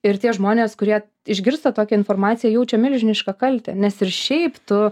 ir tie žmonės kurie išgirsta tokią informaciją jaučia milžinišką kaltę nes ir šiaip tu